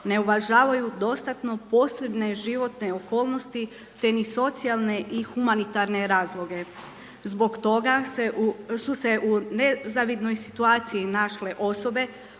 ne uvažavaju dostatno posebne životne okolnosti, te ni socijalne i humanitarne razloge. Zbog toga su se u nezavidnoj situaciji našle osobe